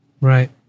right